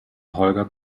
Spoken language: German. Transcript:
holger